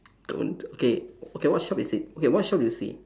don't okay okay what shop is it okay what shop do you see